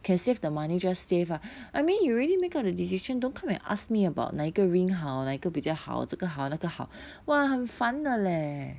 can save the money just save lah I mean you already make up the decision don't come and ask me about 哪一个 ring 好哪一个比较好这个好那个好 !wah! 很烦的 leh